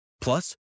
Plus